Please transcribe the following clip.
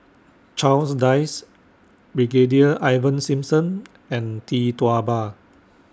Charles Dyce Brigadier Ivan Simson and Tee Tua Ba